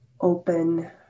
open